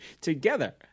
together